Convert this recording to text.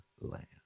land